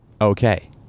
okay